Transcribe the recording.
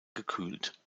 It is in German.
gekühlt